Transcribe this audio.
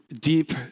deep